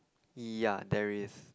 ya there is